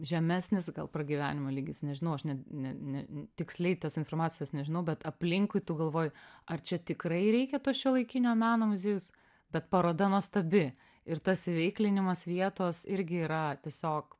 žemesnis gal pragyvenimo lygis nežinau aš ne ne ne tiksliai tos informacijos nežinau bet aplinkui tu galvoji ar čia tikrai reikia to šiuolaikinio meno muziejus bet paroda nuostabi ir tas įveiklinimas vietos irgi yra tiesiog